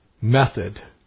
method